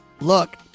Look